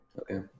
Okay